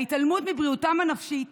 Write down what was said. ההתעלמות מבריאותם הנפשית